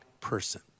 person